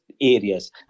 areas